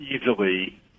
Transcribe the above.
easily